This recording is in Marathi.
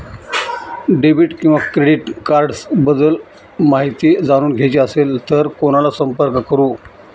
डेबिट किंवा क्रेडिट कार्ड्स बद्दल माहिती जाणून घ्यायची असेल तर कोणाला संपर्क करु?